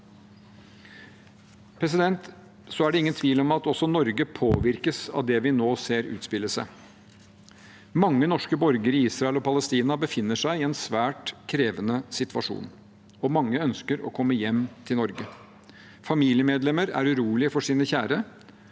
må sikres. Det er ingen tvil om at også Norge påvirkes av det vi nå ser utspille seg. Mange norske borgere i Israel og Palestina befinner seg i en svært krevende situasjon, og mange ønsker å komme hjem til Norge. Familiemedlemmer er urolige for sine kjære.